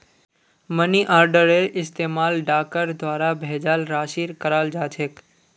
money आर्डरेर इस्तमाल डाकर द्वारा भेजाल राशिर कराल जा छेक